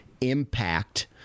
impact